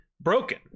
broken